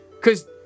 cause